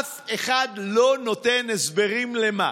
אף אחד לא נותן הסברים למה.